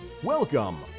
Welcome